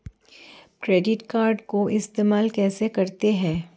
Credit card को इस्तेमाल कैसे करते हैं?